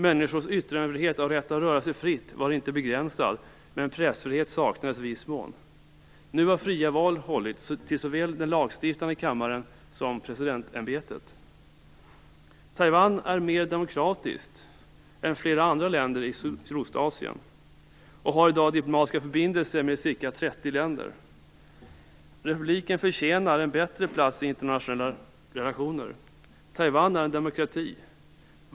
Människors yttrandefrihet och rätt att röra sig fritt var inte begränsad, men pressfrihet saknades i viss mån. Nu har fria val hållits till såväl den lagstiftande kammaren som presidentämbetet. Taiwan är mer demokratiskt än flera andra länder i Sydostasien och har i dag diplomatiska förbindelser med ca 30 länder. Republiken förtjänar en bättre plats i internationella relationer. Taiwan är en demokrati.